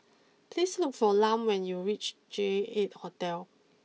please look for Lum when you reach J eight Hotel